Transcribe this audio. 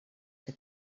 que